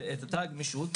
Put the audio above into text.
את הגמישות,